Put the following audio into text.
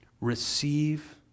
Receive